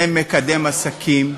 זה מקדם עסקים,